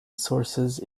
sources